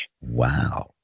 Wow